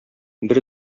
бер